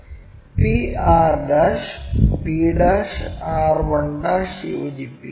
p r pr1 യോജിപ്പിക്കുക